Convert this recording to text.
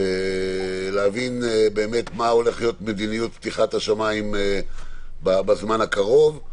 הולכת להיות מדיניות פתיחת השמיים בזמן הקרוב.